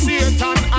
Satan